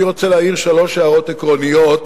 אני רוצה להעיר שלוש הערות עקרוניות,